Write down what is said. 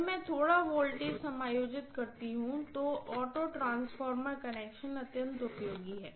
जब मैं थोड़ा वोल्टेज समायोजित करती हूं तो ऑटो ट्रांसफार्मर कनेक्शन अत्यंत उपयोगी हैं